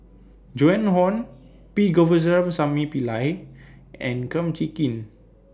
Joan Hon P Govindasamy Pillai and Kum Chee Kin